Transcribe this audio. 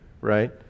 right